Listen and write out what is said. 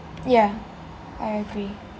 I agree